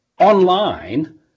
online